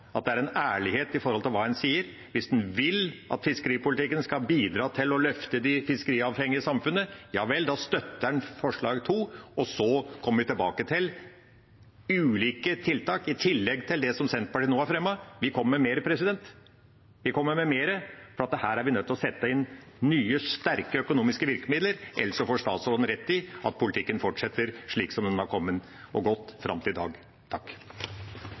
at det er ærlighet med hensyn til hva en sier. Hvis en vil at fiskeripolitikken skal bidra til å løfte de fiskeriavhengige samfunnene, da støtter en forslag nr. 2. Så kommer vi tilbake til ulike tiltak i tillegg til det som Senterpartiet nå har fremmet. Vi kommer med mer, for her er vi nødt til å sette inn nye, sterke økonomiske virkemidler, ellers får statsråden rett i at politikken fortsetter slik som den har kommet og gått fram til i dag.